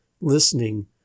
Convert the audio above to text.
listening